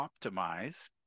optimize